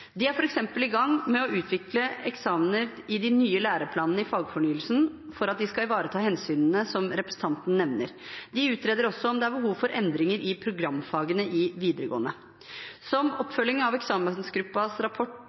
De er f.eks. i gang med å utvikle eksamener i de nye læreplanene i fagfornyelsen for at de skal ivareta hensynene som representanten nevner. De utreder også om det er behov for endringer i programfagene i videregående. Som oppfølging av eksamensgruppens rapport